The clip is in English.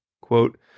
Quote